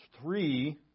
three